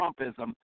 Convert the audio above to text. Trumpism